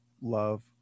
love